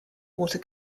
water